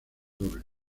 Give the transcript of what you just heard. doble